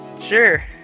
sure